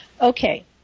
Okay